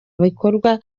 bikorwa